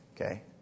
Okay